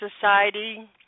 Society